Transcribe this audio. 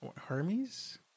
hermes